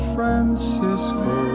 Francisco